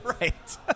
right